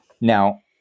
now